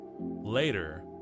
Later